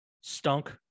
stunk